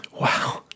Wow